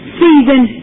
season